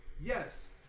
Yes